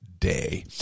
day